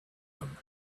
them